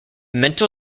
mental